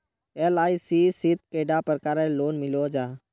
LIC शित कैडा प्रकारेर लोन मिलोहो जाहा?